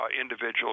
individuals